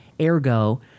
Ergo